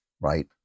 right